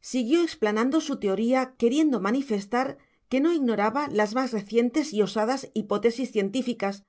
siguió explanando su teoría queriendo manifestar que no ignoraba las más recientes y osadas hipótesis científicas